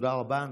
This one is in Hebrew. תודה רבה.